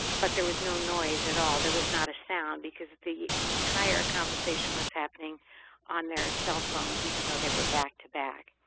but there was no noise at all. there was not a sound because the entire conversation was happening on their cell phones even though they were back to back.